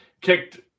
kicked